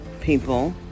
people